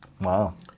wow